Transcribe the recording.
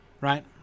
right